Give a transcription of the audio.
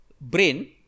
Brain